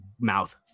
mouth